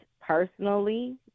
personally